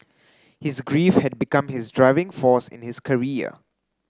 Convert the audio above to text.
his grief had become his driving force in his career